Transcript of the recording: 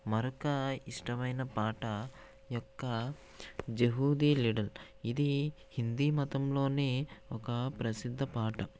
మరొక ఇష్టమైన పాట యొక్క జహూదీ లీడర్ ఇది హిందీ మతంలోని ఒక ప్రసిద్ధ పాట